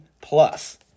plus